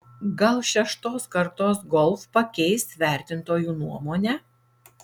gal šeštos kartos golf pakeis vertintojų nuomonę